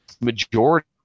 Majority